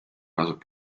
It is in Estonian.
asub